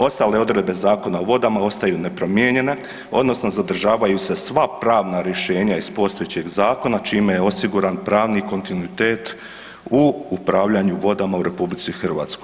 Ostale odredbe Zakona o vodama ostaju nepromijenjene odnosno zadržavaju se sva pravna rješenja iz postojećeg zakona čime je osiguran pravni kontinuitet u upravljanju vodama u RH.